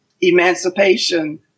emancipation